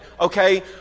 Okay